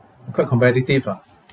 quite competitive ah